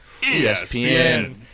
ESPN